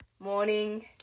Morning